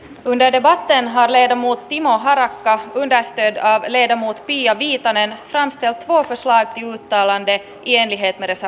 roineiden varteen hailee ja muut timo harakka linda sten leena piia viitanen vänskä muutos lait alander pieni het meressä